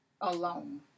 alone